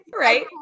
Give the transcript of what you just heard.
Right